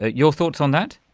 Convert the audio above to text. your thoughts on that?